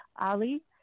Ali